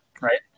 Right